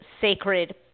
sacred